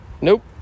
Nope